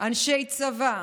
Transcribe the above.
אנשי צבא,